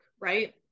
right